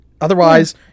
Otherwise